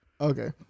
Okay